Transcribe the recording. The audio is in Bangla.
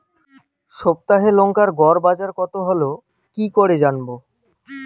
সপ্তাহে লংকার গড় বাজার কতো হলো কীকরে জানবো?